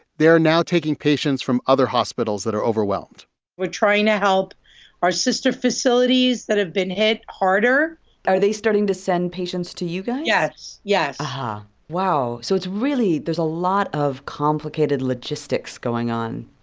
they are now taking patients from other hospitals that are overwhelmed we're trying to help our sister facilities that have been hit harder are they starting to send patients to you guys? yes, yes and wow. so it's really there's a lot of complicated logistics going on